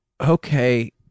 okay